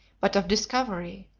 but of discovery,